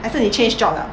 还是你 change job liao